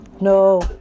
No